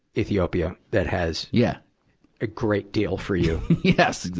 ethiopia that has yeah a great deal for you. yes.